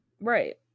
Right